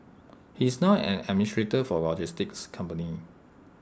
he is now an administrator for A logistics company